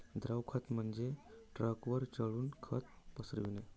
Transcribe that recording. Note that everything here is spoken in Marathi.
द्रव खत म्हणजे ट्रकवर चढून खत पसरविणे